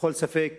לכל ספק